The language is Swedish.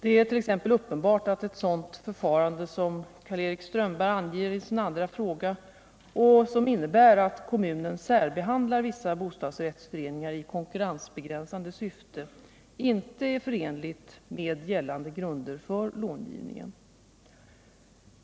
Det är t.ex. uppenbart att ett sådant förfarande som Karl-Erik Strömberg anger i sin andra fråga — och som innebär att kommunen särbehandlar vissa bostadsrättsföreningar i konkurrensbegränsande syfte — inte är förenligt med gällande grunder för långivningen.